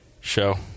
Show